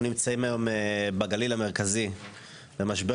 אנחנו נמצאים היום בגליל המרכזי במשבר